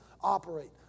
operate